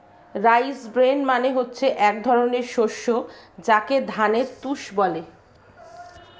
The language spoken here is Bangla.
রাইস ব্রেন মানে হচ্ছে এক ধরনের শস্য যাকে ধানের তুষ বলে